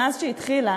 מאז שהיא התחילה,